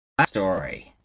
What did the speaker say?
backstory